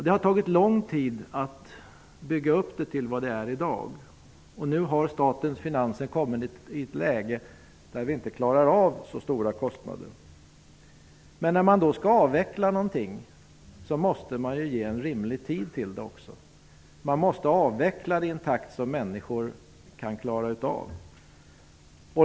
Det har tagit lång tid att bygga upp den till vad den är i dag. Nu har statens finanser kommit i ett läge där vi inte klarar av så stora kostnader. När man skall avveckla någonting måste man också ge en rimlig tid till det. Man måste avveckla i en takt som människor kan klara av.